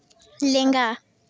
ᱞᱮᱸᱜᱟ